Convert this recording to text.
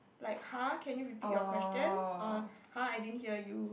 like !huh! can you repeat your question uh !huh! I didn't hear you